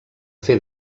fer